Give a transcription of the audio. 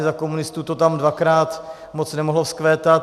Za komunistů to tam asi dvakrát moc nemohlo vzkvétat.